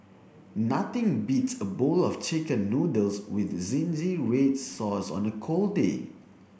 nothing beats a bowl of chicken noodles with zingy red sauce on a cold day